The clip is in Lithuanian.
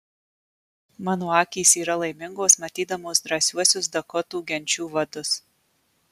mano akys yra laimingos matydamos drąsiuosius dakotų genčių vadus